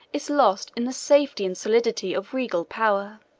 is lost in the safety and solidity, of regal power.